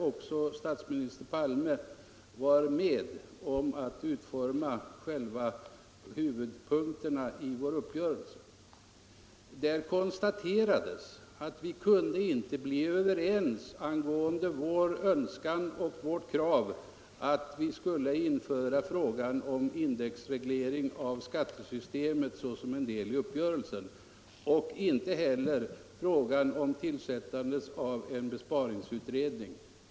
Och statsministern Palme var med om att utforma själva huvudpunkterna i vår uppgörelse. Därvid konstaterades att vi inte kunde bli överens om folkpartiets önskan och krav på att frågan om indexreglering av skattesystemet skulle införas såsom en del i uppgörelsen. Detsamma gällde frågan om tillsättande av en besparingsutredning.